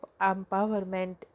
empowerment